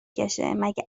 کشهمگه